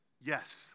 Yes